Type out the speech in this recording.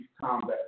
combat